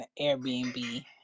Airbnb